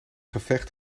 gevecht